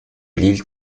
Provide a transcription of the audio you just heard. l’île